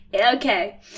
Okay